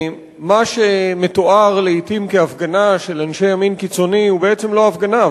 מה שמתואר לעתים כהפגנה של אנשי ימין קיצוני הוא בעצם לא הפגנה.